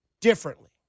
differently